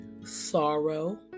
sorrow